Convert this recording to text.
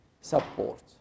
support